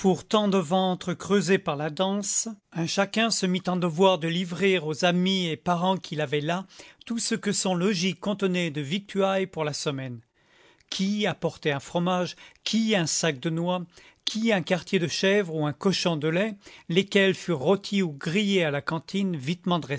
tant de ventres creusés par la danse un chacun se mit en devoir de livrer aux amis et parents qu'il avait là tout ce que son logis contenait de victuailles pour la semaine qui apportait un fromage qui un sac de noix qui un quartier de chèvre ou un cochon de lait lesquels furent rôtis ou grillés à la cantine